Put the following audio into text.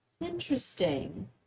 Interesting